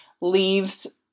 leaves